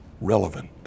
relevant